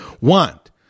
want